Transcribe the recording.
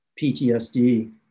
PTSD